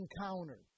encountered